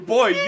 Boy